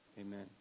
amen